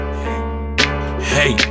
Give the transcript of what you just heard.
hey